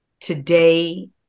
Today